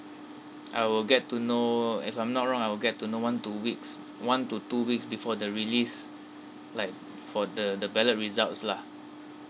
I will get to know if I'm not wrong I will get to know one two weeks one to two weeks before the release like for the the ballot results lah